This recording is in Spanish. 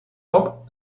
pop